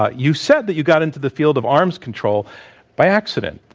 ah you said that you got into the field of arms control by accident.